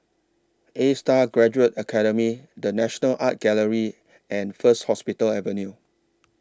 A STAR Graduate Academy The National Art Gallery and First Hospital Avenue